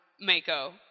Mako